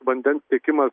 vandens tiekimas